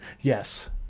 Yes